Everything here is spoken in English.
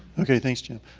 okay, thanks jim.